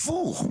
הפוך,